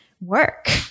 work